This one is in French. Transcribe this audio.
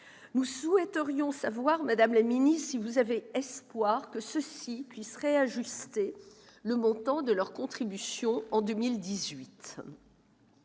Nous souhaiterions savoir, madame la ministre, si vous avez espoir que ceux-ci puissent réajuster le montant de leur contribution en 2018.